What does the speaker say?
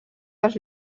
dels